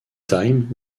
time